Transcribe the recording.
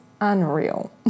unreal